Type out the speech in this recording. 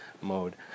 mode